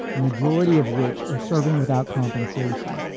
majority of which are serving without compensation.